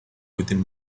within